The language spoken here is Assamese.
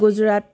গুজৰাট